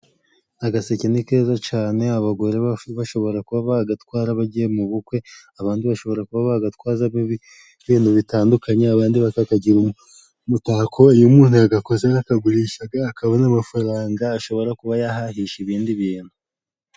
Agaseke ni keza cane abagore bashobora kuba bagatwara bagiye mu bukwe, abandi bashobora kuba bagatwazamo ibintu bitandukanye, abandi bakakagira imitako. Iyo umuntu yagakoze arakagurishaga akabona amafaranga ashobora kuba yahahisha ibindi bintu.